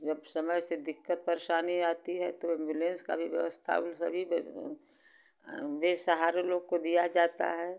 जब समय से दिक्कत परेशानी आती है तो एम्बुलेंस का भी व्यवस्था उन सभी बेसहारा लोग को दिया जाता है